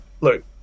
look